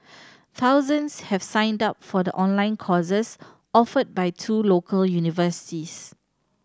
thousands have signed up for the online courses offered by two local universities